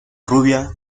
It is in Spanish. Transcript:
rubia